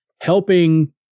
helping